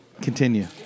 Continue